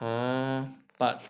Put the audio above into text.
ah but